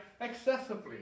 excessively